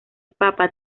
papa